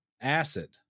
acid